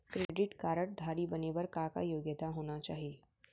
Credit card धारी बने बर का का योग्यता होना चाही?